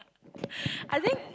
I think